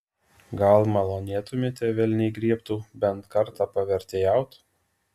gal malonėtumėte velniai griebtų bent kartą pavertėjaut